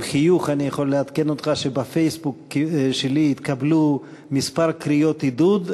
עם חיוך אני יכול לעדכן אותך שבפייסבוק שלי התקבלו כמה קריאות עידוד,